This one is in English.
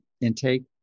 intake